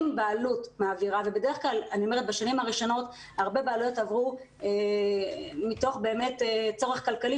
אם בעלות מעבירה בשנים הראשונות הרבה בעלויות עברו מתוך צורך כלכלי,